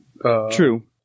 True